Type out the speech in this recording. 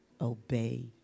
obey